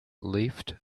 leafed